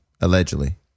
allegedly